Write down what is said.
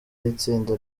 itsinda